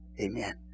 Amen